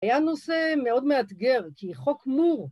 היה נושא מאוד מאתגר כי חוק מור